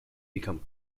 become